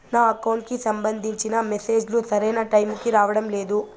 నా అకౌంట్ కి సంబంధించిన మెసేజ్ లు సరైన టైముకి రావడం లేదు